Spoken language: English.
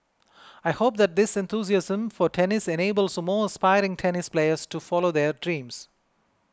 I hope that this enthusiasm for tennis enables more aspiring tennis players to follow their dreams